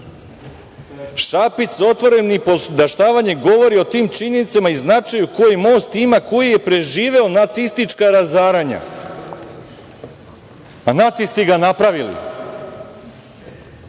Šapić sa otvorenim nipodaštavanjem govori o tim činjenicama i značaju koji most ima, koji je preživeo nacistička razaranja. A nacisti ga napravili. Ja